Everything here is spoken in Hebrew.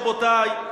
רבותי,